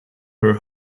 her